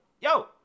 yo